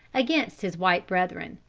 against his white brethren.